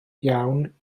iawn